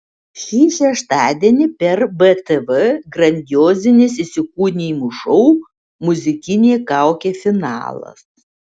šį šeštadienį per btv grandiozinis įsikūnijimų šou muzikinė kaukė finalas